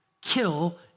kill